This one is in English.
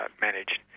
managed